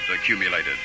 accumulated